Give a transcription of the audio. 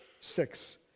six